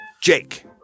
Jake